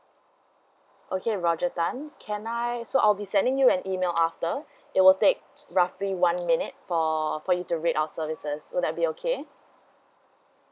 okay roger tan can I so I'll be sending you an email after it will take roughly one minute for for you to rate our services so that be okay